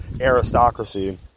aristocracy